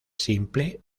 simple